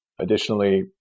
Additionally